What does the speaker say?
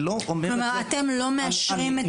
כלומר אתם לא מאשרים?